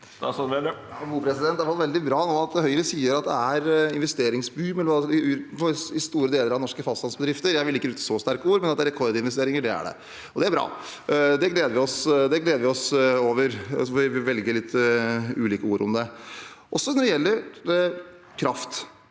veldig bra at Høyre nå sier at det er investeringsboom i store deler av norske fastlandsbedrifter. Jeg ville ikke brukt så sterke ord, men at det er rekordinvesteringer, det er det. Og det er bra. Det gleder vi oss over, og så får vi velge litt ulike ord om det. Når det gjelder kraft,